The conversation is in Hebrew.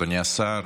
אדוני השר,